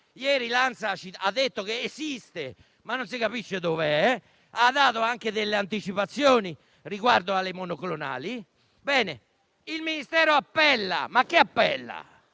Ieri l'ANSA ci ha detto che esiste, ma non si capisce dove sia, e ha dato anche delle anticipazioni riguardo ai monoclonali. Ebbene, il Ministero appella. Ma che appella?